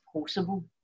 possible